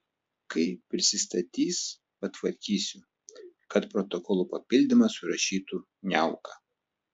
kai prisistatys patvarkysiu kad protokolo papildymą surašytų niauka